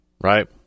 right